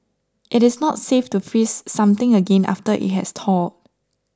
it is not safe to freeze something again after it has thawed